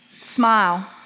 Smile